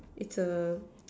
it's a